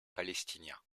palestiniens